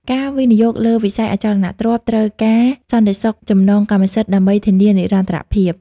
ការវិនិយោគលើវិស័យអចលនទ្រព្យត្រូវការ "សន្តិសុខចំណងកម្មសិទ្ធិ" ដើម្បីធានានិរន្តរភាព។